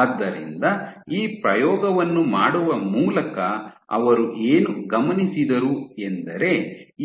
ಆದ್ದರಿಂದ ಈ ಪ್ರಯೋಗವನ್ನು ಮಾಡುವ ಮೂಲಕ ಅವರು ಏನು ಗಮನಿಸಿದರು ಎಂದರೆ